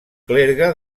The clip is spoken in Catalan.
clergue